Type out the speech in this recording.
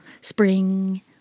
spring